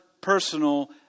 personal